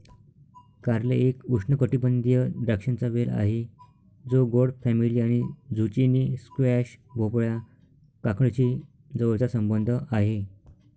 कारले एक उष्णकटिबंधीय द्राक्षांचा वेल आहे जो गोड फॅमिली आणि झुचिनी, स्क्वॅश, भोपळा, काकडीशी जवळचा संबंध आहे